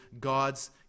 God's